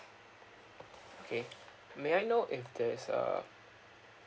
okay may I know if there's a